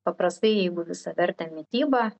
paprastai jeigu visavertė mityba